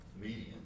median